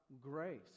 grace